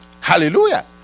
Hallelujah